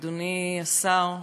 אדוני השר,